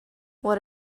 what